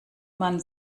man